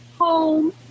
home